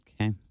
Okay